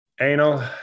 Anal